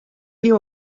nieuw